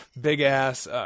big-ass